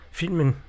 filmen